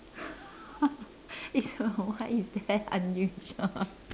why is that unusual